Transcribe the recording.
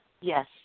Yes